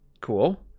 cool